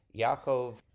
Yaakov